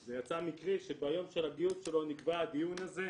זה יצא מקרי שביום הגיוס שלו נקבע הדיון הזה,